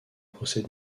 procès